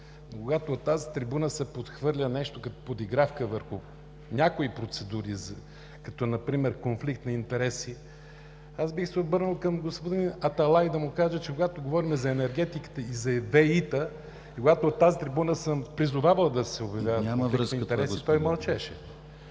когато от тази трибуна се подхвърля нещо като подигравка върху някои процедури, като например конфликтът на интереси, бих се обърнал към господин Аталай да му кажа, че когато говорим за енергетиката и за ВЕИ-та, и когато от тази трибуна съм призовавал да се обявява конфликт на интереси, той мълчеше.